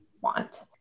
want